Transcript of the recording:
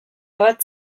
bat